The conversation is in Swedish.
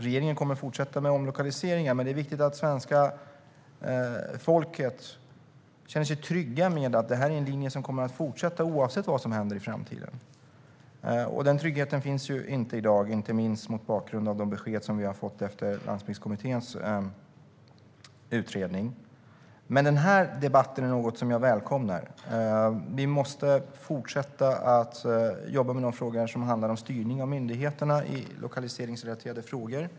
Regeringen kommer att fortsätta med omlokaliseringen, men det är viktigt att svenska folket känner sig tryggt med att centraliseringen inte kommer att fortsätta, oavsett vad som händer i framtiden. Den tryggheten finns inte i dag, inte minst mot bakgrund av de besked som vi har fått efter Landsbygdskommitténs utredning. Men den här debatten är något som jag välkomnar. Vi måste fortsätta jobba med det som handlar om styrning av myndigheterna i lokaliseringsrelaterade frågor.